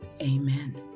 Amen